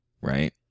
right